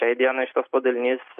tai dienai šitas padalinys